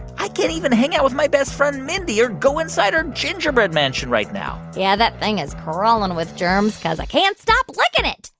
i can't even hang out with my best friend mindy or go inside her gingerbread mansion right now yeah, that thing is crawling with germs cause i can't stop liking it,